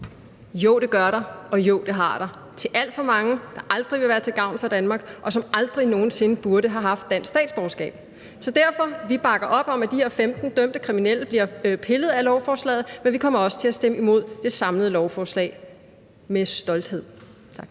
Jo, det gør der, og jo, det er der blevet – til alt for mange, der aldrig vil være til gavn for Danmark, og som aldrig nogen sinde burde have haft dansk statsborgerskab. Så derfor vil jeg sige: Vi bakker op om, at de her 15 dømte kriminelle bliver pillet af lovforslaget, men vi kommer også til at stemme imod det samlede lovforslag – med stolthed. Tak.